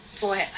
boy